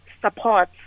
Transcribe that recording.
support